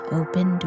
open